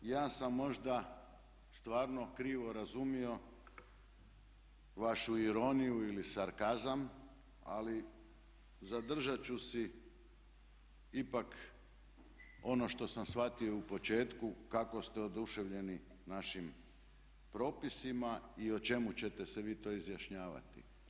Ja sam možda stvarno krivo razumio vašu ironiju ili sarkazam, ali zadržat ću si ipak ono što sam shvatio u početku kako ste oduševljeni našim propisima i o čemu ćete se vi to izjašnjavati.